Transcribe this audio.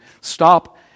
stop